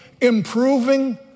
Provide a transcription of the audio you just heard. improving